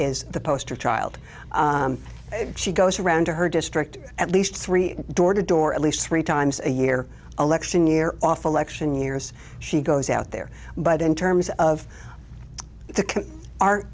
is the poster child she goes around to her district at least three door to door at least three times a year election year off election years she goes out there but in terms of the